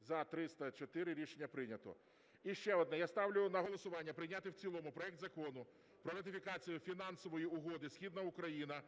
За – 304 Рішення прийнято. І ще одне. Я ставлю на голосування прийняти в цілому проект Закону про ратифікацію Фінансової угоди "Східна Україна: